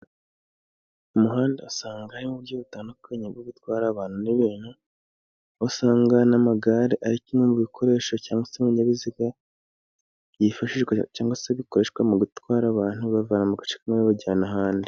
Mu muhanda usangayo uburyo butandukanye bwo gutwara abantu n'ibintu. Usanga n'amagare ari kimwe mu bikoresho cyangwa mu binyabiziga byifashishwa, cyangwa se bikoreshwa mu gutwara abantu bibavana mugace kamwe bibajyana ahandi.